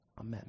Amen